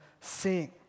seeing